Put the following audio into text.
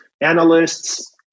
analysts